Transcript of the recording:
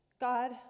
God